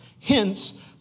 Hence